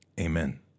Amen